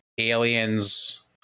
Aliens